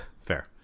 Fair